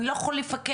אני לא יכול לפקח.